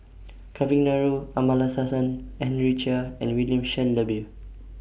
Kavignareru Amallathasan Henry Chia and William Shellabear